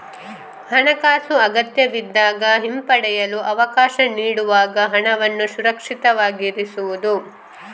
ಹಣಾಕಾಸು ಅಗತ್ಯವಿದ್ದಾಗ ಹಿಂಪಡೆಯಲು ಅವಕಾಶ ನೀಡುವಾಗ ಹಣವನ್ನು ಸುರಕ್ಷಿತವಾಗಿರಿಸುವುದು